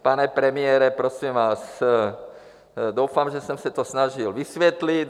Pane premiére, prosím vás, doufám, že jsem se to snažil vysvětlit.